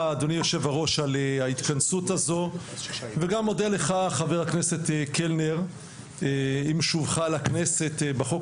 על ההתכנסות הזו וגם מודה לך חבר הכנסת קלנר עם שובך לכנסת בחוק